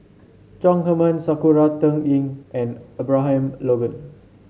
Chong Heman Sakura Teng Ying and Abraham Logan